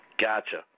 Gotcha